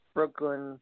Brooklyn